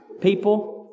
people